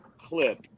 clip